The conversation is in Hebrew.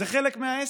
זה חלק מהעסק.